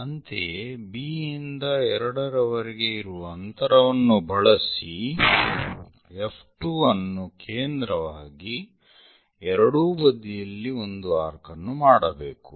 ಅಂತೆಯೇ B ಇಂದ 2 ರವರೆಗೆ ಇರುವ ಅಂತರವನ್ನು ಬಳಸಿ F2 ವನ್ನು ಕೇಂದ್ರವಾಗಿ ಎರಡೂ ಬದಿಯಲ್ಲಿ ಒಂದು ಆರ್ಕ್ ಅನ್ನು ಮಾಡಬೇಕು